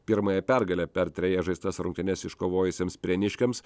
pirmąją pergalę per trejas žaistas rungtynes iškovojusiems prieniškiams